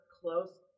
close